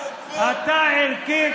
אם אתה ערכי,